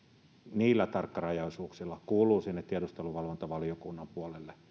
niillä tarkkarajaisuuksilla kuuluu sinne tiedusteluvalvontavaliokunnan puolelle